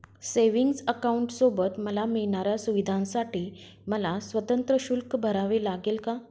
Savings अकाउंटसोबत मला मिळणाऱ्या सुविधांसाठी मला स्वतंत्र शुल्क भरावे लागेल का?